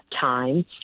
time